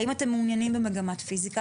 האם אתם מעוניינים במגמת פיזיקה?